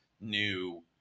new